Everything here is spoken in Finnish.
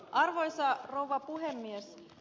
arvoisa rouva puhemies